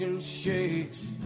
shakes